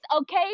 okay